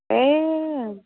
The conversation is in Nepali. ए